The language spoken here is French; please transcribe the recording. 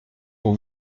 pour